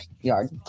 yard